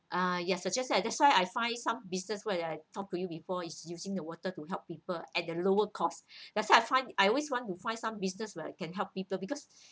uh you've suggested ah that's why I find some business what I talk to you before is using the water to help people at a lower cost that's why I find I always want to find some business where I can help people because